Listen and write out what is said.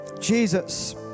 Jesus